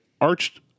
arched